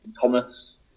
Thomas